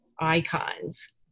icons